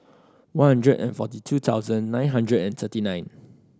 one hundred and forty two thousand nine hundred and thirty nine